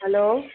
hello